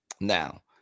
Now